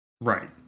Right